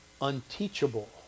unteachable